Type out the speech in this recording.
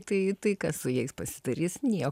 tai kas su jais pasidarys nieko